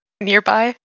nearby